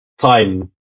time